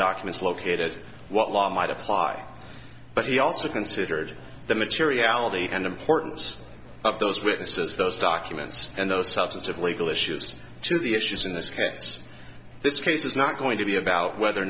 documents located what law might apply but he also considered the materiality and importance of those witnesses those documents and the substance of legal issues to the issues in this case this case is not going to be about whether